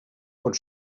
pot